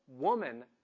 Woman